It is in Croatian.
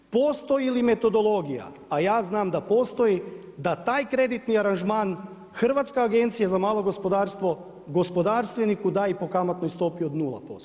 Postoji li metodologija, a ja znam da postoji, da taj kreditni aranžman Hrvatska agencija za malo gospodarstvo, gospodarstvenika da i po kamatnoj stopi od 0%